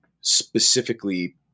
specifically